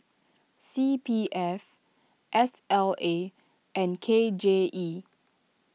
C P F S L A and K J E